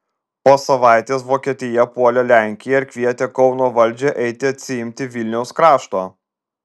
po savaitės vokietija puolė lenkiją ir kvietė kauno valdžią eiti atsiimti vilniaus krašto